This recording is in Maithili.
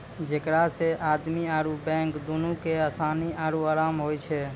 जेकरा से आदमी आरु बैंक दुनू के असानी आरु अराम होय छै